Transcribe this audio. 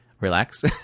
relax